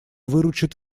выручит